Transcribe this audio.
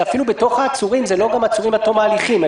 זה אפילו בתוך העצורים זה לא עצורים עד תום ההליכים.